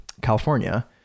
California